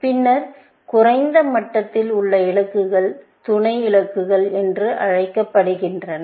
பின்னர் குறைந்த மட்டங்களில் உள்ள இலக்குகள் துணை இலக்குகள் என்றழைக்கப்படுகின்றன